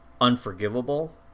unforgivable